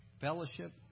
fellowship